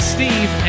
Steve